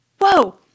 whoa